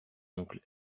oncle